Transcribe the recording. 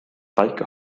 päike